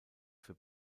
für